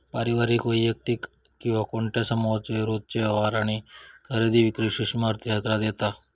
पारिवारिक, वैयक्तिक किंवा कोणत्या समुहाचे रोजचे व्यवहार आणि खरेदी विक्री सूक्ष्म अर्थशास्त्रात येता